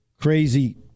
crazy